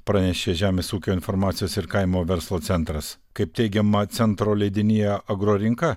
pranešė žemės ūkio informacijos ir kaimo verslo centras kaip teigiama centro leidinyje agrorinka